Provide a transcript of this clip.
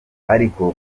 ariko